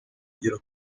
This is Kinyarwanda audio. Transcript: igera